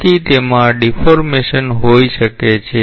તેથી તેમાં ડીફૉર્મેશન હોઈ શકે છે